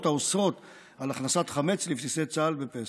האוסרות על הכנסת חמץ לבסיסי צה"ל בפסח.